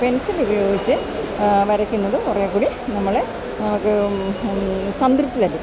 പെൻസിലുപയോഗിച്ച് വരയ്ക്കുന്നത് കുറേക്കൂടി നമ്മള് നമ്മള്ക്ക് സംതൃപ്തി തരും